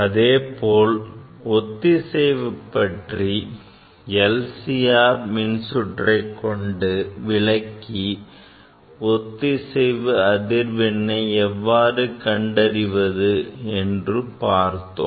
அதேபோல் ஒத்திசைவை பற்றி LCR மின்சுற்றை கொண்டு விளக்கி ஒத்திசைவு அதிர்வெண்ணை எவ்வாறு கண்டறிவது என்றும் பார்த்தோம்